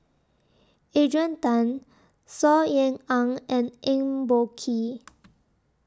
Adrian Tan Saw Ean Ang and Eng Boh Kee